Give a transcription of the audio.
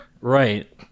right